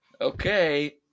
Okay